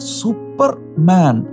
superman